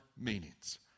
meanings